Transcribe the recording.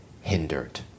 hindered